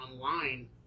online